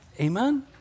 Amen